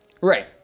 Right